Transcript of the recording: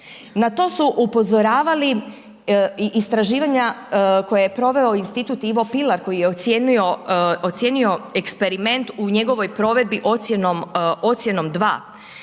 na to su upozoravali i istraživanja koje je proveo Institut Ivo Pilar koji je ocijenio, ocijenio eksperiment u njegovoj provedbi ocjenom,